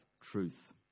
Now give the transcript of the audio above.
Truth